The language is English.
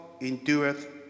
endureth